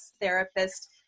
therapist